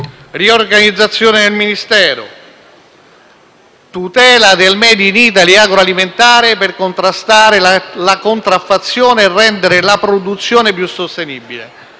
riorganizzazione del Ministero; tutela del *made in Italy* agroalimentare per contrastare la contraffazione e rendere la produzione più sostenibile.